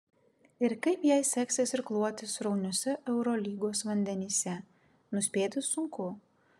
ir kaip jai seksis irkluoti srauniuose eurolygos vandenyse nuspėti sunku